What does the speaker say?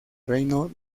reino